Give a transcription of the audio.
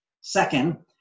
Second